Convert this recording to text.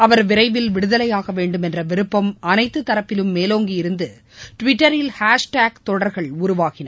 அவர் விரைவில் விடுதலையாக வேண்டும் என்ற விருப்பம் அனைத்துத் தரப்பிலும் மேலோங்கி இருந்து டிவிட்டரில் ஆஸ்டாக் தொடர்கள் உருவாகின